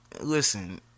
listen